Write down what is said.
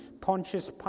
Pontius